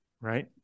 Right